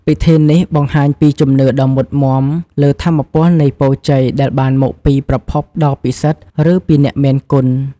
ពិធីនេះបង្ហាញពីជំនឿដ៏មុតមាំលើថាមពលនៃពរជ័យដែលបានមកពីប្រភពដ៏ពិសិដ្ឋ ឬពីអ្នកមានគុណ។